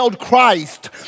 Christ